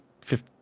fifth